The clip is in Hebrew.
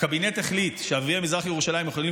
והקבינט החליט שערביי מזרח ירושלים יכולים